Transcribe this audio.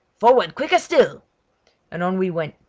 forward, quicker still and on we went.